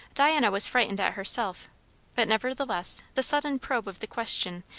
diana was frightened at herself but, nevertheless, the sudden probe of the question,